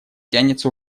тянется